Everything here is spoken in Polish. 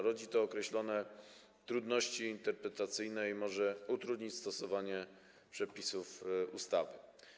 Rodzi to określone trudności interpretacyjne i może utrudnić stosowanie przepisów ustawy.